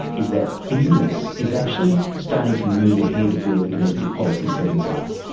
is that business is actually starting to move ahead of where the domestic policy settings are.